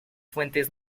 fuentes